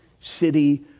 city